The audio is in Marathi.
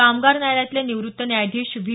कामगार न्यायालयातले निवृत्त न्यायाधीश व्ही